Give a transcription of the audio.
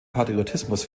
patriotismus